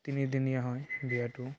তিনিদিনীয়া হয় বিয়াটো